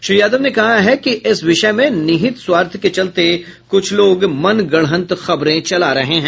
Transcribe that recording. श्री यादव ने कहा है कि इस विषय में निहित स्वार्थ के चलते कुछ लोग मनगढंत खबरें चला रहे हैं